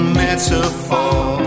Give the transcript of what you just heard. metaphor